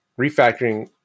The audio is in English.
Refactoring